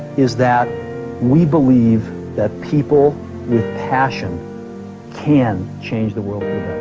is that we believe that people with passion can change the world